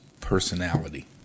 personality